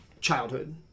childhood